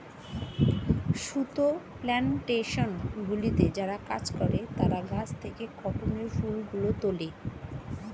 সুতো প্ল্যানটেশনগুলিতে যারা কাজ করে তারা গাছ থেকে কটনের ফুলগুলো তোলে